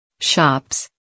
Shops